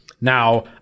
Now